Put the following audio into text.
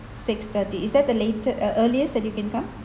six thirty is that the late~ uh earliest that you can come